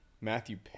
Matthew